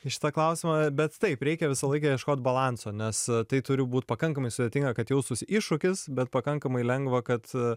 į šitą klausimą bet taip reikia visą laiką ieškot balanso nes tai turi būt pakankamai sudėtinga kad jaustųsi iššūkis bet pakankamai lengva kad